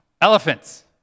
elephants